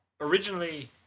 originally